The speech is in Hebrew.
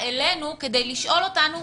אני מזמינה אותך לעיר תל אביב,